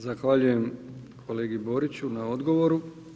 Zahvaljujem kolegi Boriću na odgovoru.